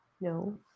No